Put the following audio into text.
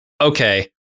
okay